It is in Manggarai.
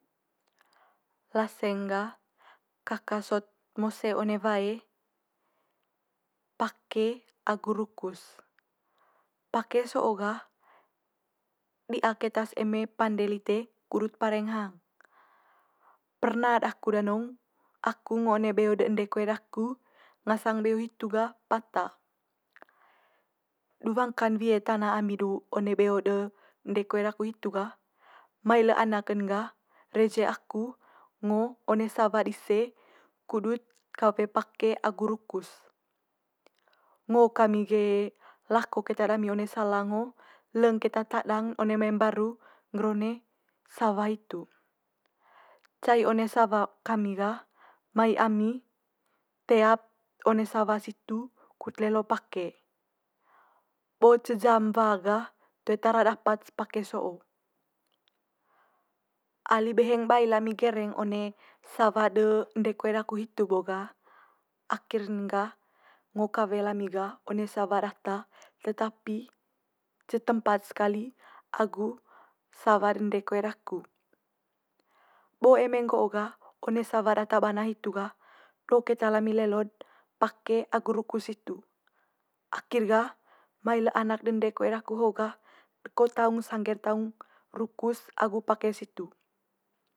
Laseng gah, kaka sot mose one wae pake agu rukus. Pake so'o gah di'a keta's eme pande lite kudut pareng hang. Perna daku danong aku ngo one beo de ende koe daku ngasang beo hitu gah pata. Du wangka'n wie tana ami du one beo de ende koe daku hitu gah, mai le anak'n gah reje aku ngo one sawa dise kudut kawe pake agu rukus. Ngo kami ge lako keta dami one salang ho leng keta tadang one mai mbaru ngger one sawa hitu. Cai one sawa kami ga mai ami tea one sawa situ kut lelo pake. Bo ce jam wa gah toe tara dapat's pake so'o ali beheng bail ami gereng one sawa de ende koe daku hitu bo gah, akhir'n gah ngo kawe lami gah one sawa data tetapi ce tempat's kali agu sawa de ende koe daku. Bo eme nggo'o gah one sawa data bana hitu gah, do keta lami lelo'd pake agu rukus situ. Akhir gah mai le anak de ende koe daku ho'o gah deko taung sangge'r taung rukus agu pake situ.